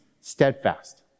steadfast